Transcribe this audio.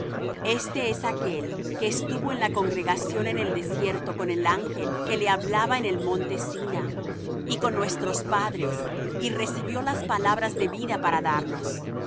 este es aquél que estuvo en la congregación en el desierto con el ángel que le hablaba en el monte sina y con nuestros padres y recibió las palabras de vida para darnos